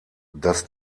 das